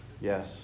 Yes